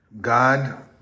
God